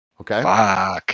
okay